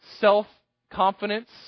self-confidence